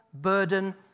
Burden